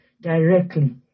Directly